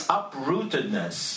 uprootedness